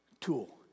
tool